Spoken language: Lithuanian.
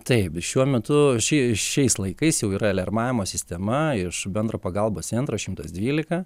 taip šiuo metu šie šiais laikais jau yra alermavimo sistema iš bendro pagalbos centro šimtas dvylika